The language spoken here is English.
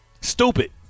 Stupid